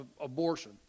Abortion